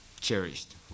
cherished